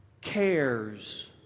cares